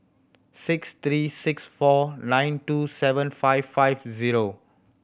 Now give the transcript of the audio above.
six three six four nine two seven five five zero